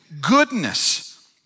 goodness